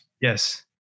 Yes